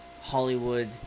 Hollywood